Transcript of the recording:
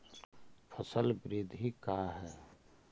फसल वृद्धि का है?